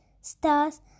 stars